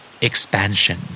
Expansion